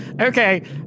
Okay